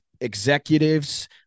executives